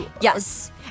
Yes